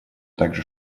также